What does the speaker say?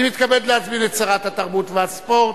אני מתכבד להזמין את שרת התרבות והספורט,